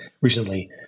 recently